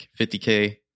50K